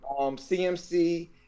CMC